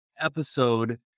episode